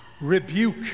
Rebuke